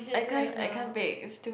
I can't I can't pick there's too many